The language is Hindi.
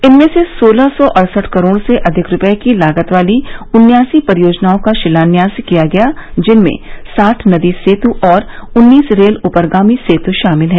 इनमें से सोलह सौ अड़सठ करोड़ से अधिक रूपये की लागत वाली उन्यासी परियोजनाओं का शिलान्यास किया गया जिनमें साठ नदी सेतु और उन्नीस रेल उपरगामी सेतु शामिल है